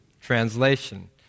translation